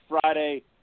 Friday